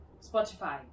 Spotify